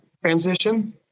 transition